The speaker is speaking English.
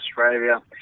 Australia